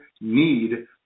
need